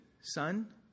son